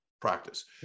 practice